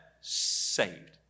saved